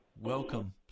Welcome